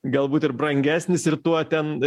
galbūt ir brangesnis ir tuo ten